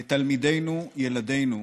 לתלמידינו, ילדינו,